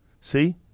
See